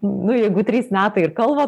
nu jeigu trys metai ir kalba